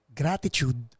gratitude